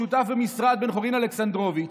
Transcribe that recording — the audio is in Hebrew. שותף במשרד בן-חורין אלכסנדרוביץ',